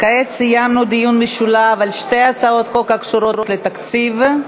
כעת סיימנו דיון משולב בשתי הצעות חוק הקשורות לתקציב.